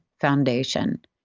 foundation